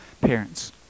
parents